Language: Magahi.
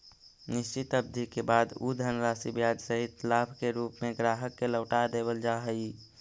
निश्चित अवधि के बाद उ धनराशि ब्याज सहित लाभ के रूप में ग्राहक के लौटा देवल जा हई